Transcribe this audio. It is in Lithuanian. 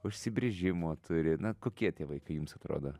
užsibrėžimo turi na kokie tie vaikai jums atrodo